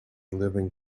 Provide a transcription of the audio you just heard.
living